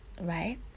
right